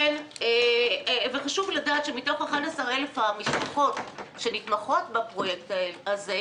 חשוב לדעת שמתוך 11,000 המשפחות שנתמכות בפרויקט הזה,